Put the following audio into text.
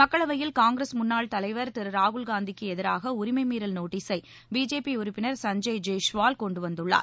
மக்களவையில் காங்கிரஸ் முன்னாள் தலைவர் திரு ராகுல்காந்திக்கு எதிராக உரிமை மீறல் நோட்டீசை பிஜேபி உறுப்பினர் சஞ்சய் ஜெய்ஷ்ஸ்வால் கொண்டுவந்துள்ளார்